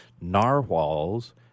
narwhals